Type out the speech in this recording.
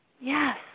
yes